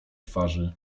twarzy